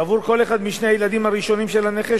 ועבור כל אחד משני הילדים הראשונים של הנכה,